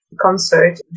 concert